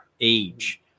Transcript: age